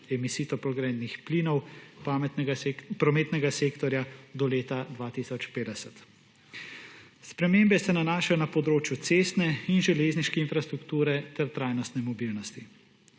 emisij toplogrednih plinov, prometnega sektorja do leta 2050. Spremembe se nanašajo na področju cestne in železniške infrastrukture ter trajnostne mobilnosti.